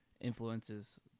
influences